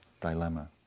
dilemma